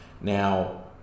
Now